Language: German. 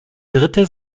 dritte